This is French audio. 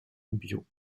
biot